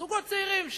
זוגות צעירים,